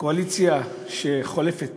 הקואליציה שחולפת